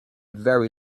very